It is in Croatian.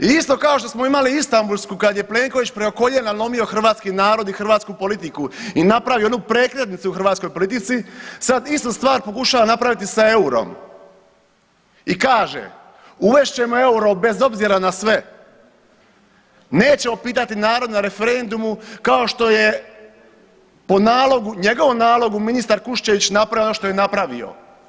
I isto kao što smo imali Istambulsku kad je Plenković preko koljena lomio hrvatski narod i hrvatsku politiku i napravio onu prekretnicu u hrvatskoj politici sad istu stvar pokušava napraviti sa EUR-om i kaže uvest ćemo EUR-o bez obzira na sve, nećemo pitati narod na referendumu kao što je po nalogu, njegovom nalogu ministra Kuščević napravio ono što je napravio.